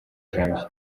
janvier